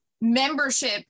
membership